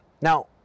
Now